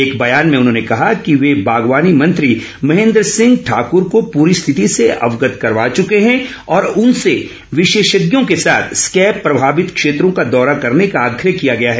एक बयान में उन्होंने कहा कि वे बागवानी मंत्री महेन्द्र सिंह ठाकूर को पूरी स्थिति से अवगत करवा चुके हैं और उनसे विशेषज्ञों के साथ स्कैब प्रभावित क्षेत्रों का दौरा करने का आग्रह किया गया है